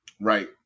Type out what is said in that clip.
right